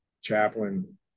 chaplain